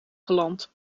geland